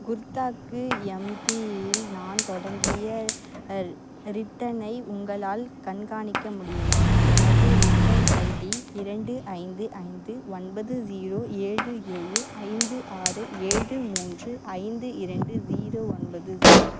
குர்தாக்கு எம்பியில் நான் தொடங்கிய ரிட்டர்னை உங்களால் கண்காணிக்க முடியுமா எனது ரிட்டர்ன் ஐடி இரண்டு ஐந்து ஐந்து ஒன்பது ஜீரோ ஏழு ஏழு ஐந்து ஆறு ஏழு மூன்று ஐந்து இரண்டு ஜீரோ ஒன்பது ஜீரோ